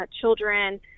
children